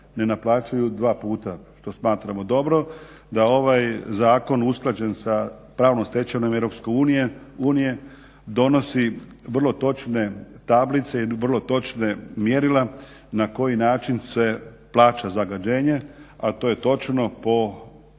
ne naplaćuju dva puta. To smatramo dobrim. Da ovaj zakon usklađen sa pravnom stečevinom EU donosi vrlo točne tablice i vrlo točna mjerila na koji način se plaća zagađenje, a to je točno po 7